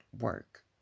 work